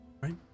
Right